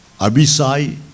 Abisai